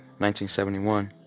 1971